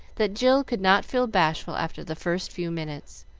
that jill could not feel bashful after the first few minutes,